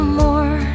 more